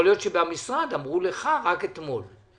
יכול שבמשרד אמרו לך רק אתמול.